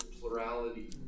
plurality